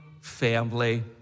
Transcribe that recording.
family